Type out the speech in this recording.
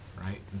Right